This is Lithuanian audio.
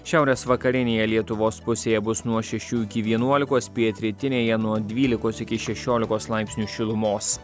šiaurės vakarinėje lietuvos pusėje bus nuo šešių iki vienuolikos pietrytinėje nuo dvylikos iki šešiolikos laipsnių šilumos